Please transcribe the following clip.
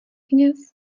kněz